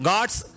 God's